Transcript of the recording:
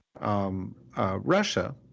Russia